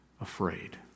afraid